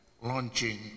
launching